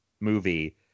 movie